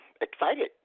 Excited